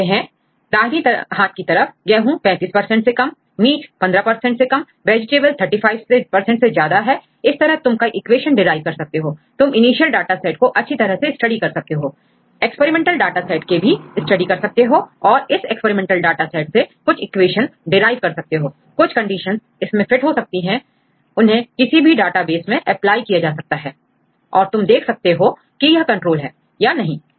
हम देखते हैं दाहिनी हाथ की तरफ गेहूं 35 से कम और मीट 15 से कम वेजिटेबल 35 से ज्यादा है इस तरह तुम कई इक्वेशन derive कर सकते हो तुम इनिशियल डाटासेट को अच्छी तरह से स्टडी कर सकते हो एक्सपेरिमेंटल डाटा सेट के भी स्टडी कर सकते हो और इस एक्सपेरिमेंटल डाटा सेट से कुछ इक्वेशंसderiveकर सकते हो कुछ कंडीशन इसमें फिट हो सकती हैं उन्हें किसी भी डाटासेट में अप्लाई किया जा सकता है और तुम देख सकते हो कि यह कंट्रोल है या नहीं